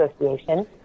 Association